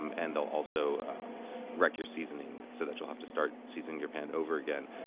um and they'll also wreck your seasoning so that you'll have to start seasoning your pan over again.